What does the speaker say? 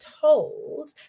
told